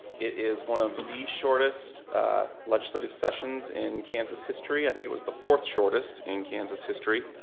it is one of the shortest legislative sessions in kansas history. i think it was the fourth shortest in kansas history,